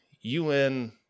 UN